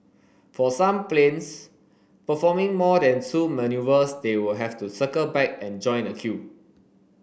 for some planes performing more than two manoeuvres they will have to circle back and join the queue